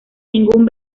ningún